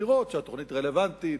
לראות שהתוכנית רלוונטית,